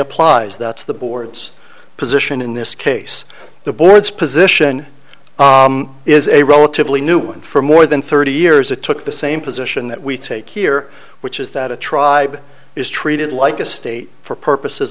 applies that's the board's position in this case the board's position is a relatively new one for more than thirty years it took the same position that we take here which is that a tribe is treated like a state for purposes